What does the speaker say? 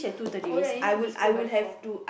oh ya you need to be school by four